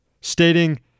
stating